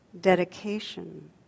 dedication